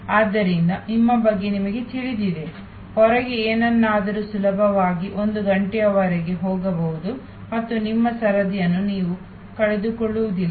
ಆದ್ದರಿಂದ ನಿಮ್ಮ ಬಗ್ಗೆ ನಿಮಗೆ ತಿಳಿದಿದೆ ಹೊರಗೆ ಏನನ್ನಾದರೂ ಸುಲಭವಾಗಿ ಒಂದು ಗಂಟೆಯವರೆಗೆ ಹೋಗಬಹುದು ಮತ್ತು ನಿಮ್ಮ ಸರದಿಯನ್ನು ನೀವು ಕಳೆದುಕೊಳ್ಳುವುದಿಲ್ಲ